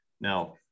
now